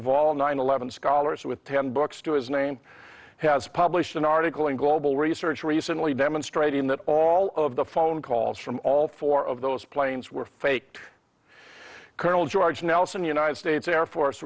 of all nine eleven scholars with ten books to his name has published an article in global research recently demonstrating that all of the phone calls from all four of those planes were faked colonel george nelson united states air force